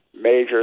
major